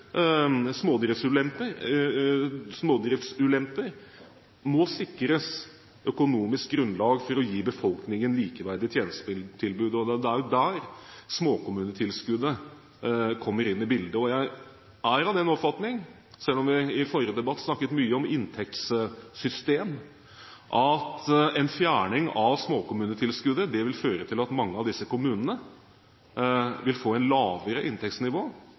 smådriftsulemper sikres økonomisk grunnlag for å gi befolkningen et likeverdig tjenestetilbud, og det er jo der småkommunetilskuddet kommer inn i bildet. Jeg er av denne oppfatningen, selv om vi i forrige debatt snakket mye om inntektssystem, og at en fjerning av småkommunetilskuddet vil føre til at mange av disse kommunene vil få et lavere inntektsnivå